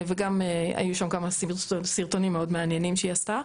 היו שם כמה סרטונים מאוד מעניינים שהיא עשתה,